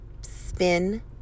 spin